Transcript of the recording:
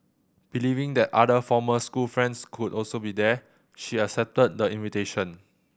believing that other former school friends could also be there she accepted the invitation